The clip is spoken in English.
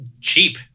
cheap